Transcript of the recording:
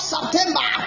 September